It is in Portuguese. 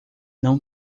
não